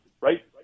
right